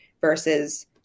versus